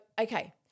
okay